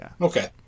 Okay